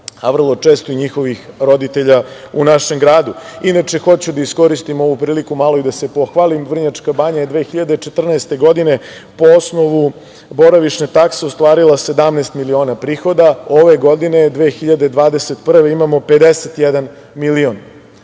a vrlo često i njihovih roditelja u našem gradu. Inače, hoću da iskoristim ovu priliku malo i da se pohvalim. Vrnjačka banja je 2014. godine po osnovu boravišne takse ostvarila 17 miliona prihoda, ove godine, 2021. godine imamo 51 milion.